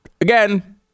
Again